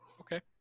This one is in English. Okay